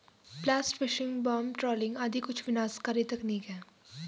blast fishing, bottom trawling आदि कुछ विनाशकारी तकनीक है